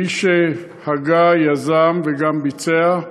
מי שהגה, יזם וגם ביצע,